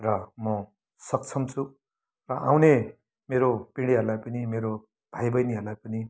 र म सक्षम छु र आउने मेरो पिँढ़ीहरूलाई पनि मेरो भाइ बहिनीहरूलाई पनि